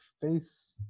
face